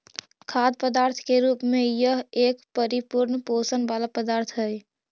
खाद्य पदार्थ के रूप में यह एक परिपूर्ण पोषण वाला पदार्थ हई